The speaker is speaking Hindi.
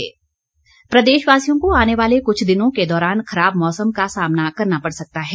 मौसम प्रदेशवासियों को आने वाले कुछ दिनों के दौरान खराब मौसम का सामना करना पड़ सकता है